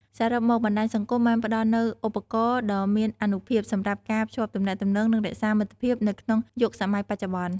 សរុបមក បណ្ដាញសង្គមបានផ្តល់នូវឧបករណ៍ដ៏មានអានុភាពសម្រាប់ការភ្ជាប់ទំនាក់ទំនង និងរក្សាមិត្តភាពនៅក្នុងយុគសម័យបច្ចុប្បន្ន។